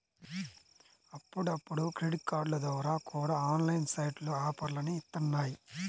అప్పుడప్పుడు క్రెడిట్ కార్డుల ద్వారా కూడా ఆన్లైన్ సైట్లు ఆఫర్లని ఇత్తన్నాయి